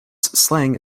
slang